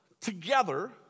together